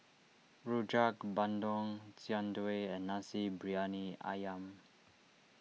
Rojak Bandung Jian Dui and Nasi Briyani Ayam